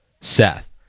Seth